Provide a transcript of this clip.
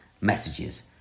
Messages